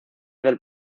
del